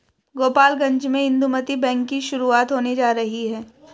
गोपालगंज में इंदुमती बैंक की शुरुआत होने जा रही है